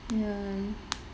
ya